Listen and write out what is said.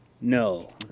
No